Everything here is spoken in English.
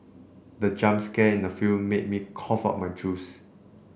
the jump scare in the film made me cough out my juice